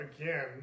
again